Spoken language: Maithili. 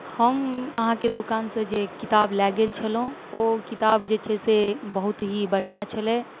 हम अहाँके दोकानसँ जे किताब लए गेल छलहुँ ओ किताब जे छै से बहुत ही बढ़िआँ छलै